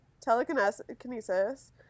telekinesis